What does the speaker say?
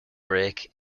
brake